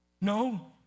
No